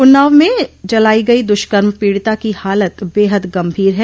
उन्नाव में जलाई गई दुष्कर्म पीडिता की हालत बेहद गंभीर है